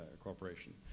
cooperation